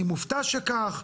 אני מופתע שכך.